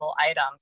items